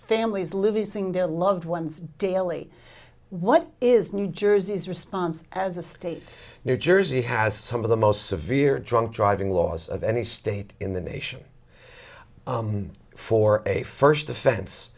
families living their loved ones daily what is new jersey's response as a state new jersey has some of the most severe drunk driving laws of any state in the nation for a first